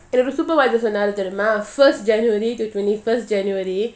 சிலபேரு:silaperu supervisor சொன்னாருதெரியுமா:sonnaru theriuma first january to twenty first january